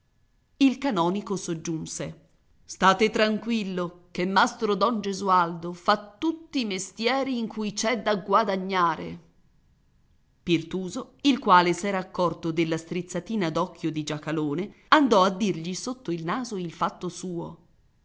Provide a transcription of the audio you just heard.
il canonico soggiunse state tranquillo che mastro don gesualdo fa tutti i mestieri in cui c'è da guadagnare pirtuso il quale s'era accorto della strizzatina d'occhio di giacalone andò a dirgli sotto il naso il fatto suo